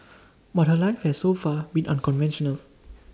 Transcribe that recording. but her life has so far been unconventional